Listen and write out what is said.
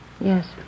Yes